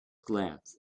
glance